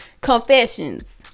Confessions